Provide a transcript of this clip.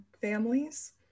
families